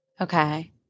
Okay